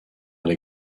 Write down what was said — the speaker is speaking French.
les